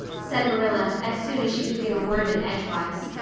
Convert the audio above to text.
said marilla as soon as she could get a word in edgewise.